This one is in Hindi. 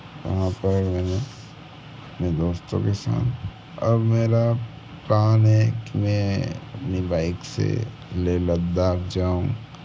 वहाँ पर मैं ने अपने दोस्तों के साथ अब मेरा प्लान है कि मैं अपनी बाइक से लेह लद्दाख़ जाऊँ